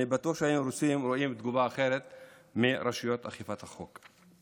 אני בטוח שהיינו רואים תגובה אחרת מרשויות אכיפת חוק.